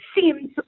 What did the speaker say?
seems